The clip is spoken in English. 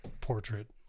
portrait